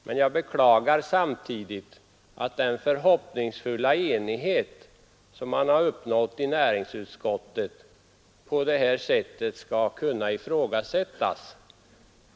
Men jag beklagar samtidigt att den förhoppningsfulla enighet som uppnåddes i näringsutskottet på detta sätt skall kunna ifrågasättas.